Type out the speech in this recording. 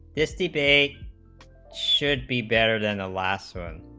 sdk should be better than the last seven